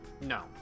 No